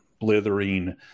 blithering